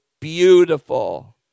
beautiful